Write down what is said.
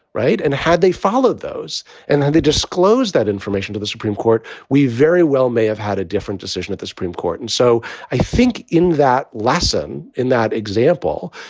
right and had they followed those and had they disclose that information to the supreme court? we very well may have had a different decision at the supreme court. and so i think in that lesson, in that example,